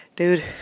dude